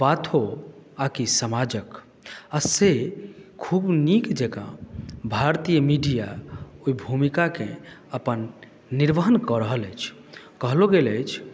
बात हो आ कि समाजक आ से खूब नीक जकाँ भारतीय मीडिया ओहि भूमिकाकेँ अपन निर्वहन कऽ रहल अछि कहलो गेल अछि